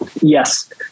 Yes